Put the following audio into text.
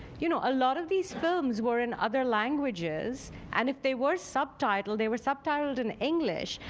you know, a lot of these films were in other languages and if they were subtitled, they were subtitled in english,